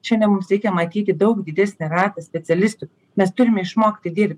šiandien mums reikia matyti daug didesnį ratą specialistų nes turime išmokti dir